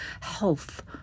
health